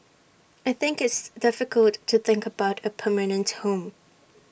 I think it's difficult to think about A permanent home